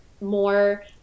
more –